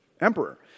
emperor